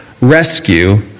rescue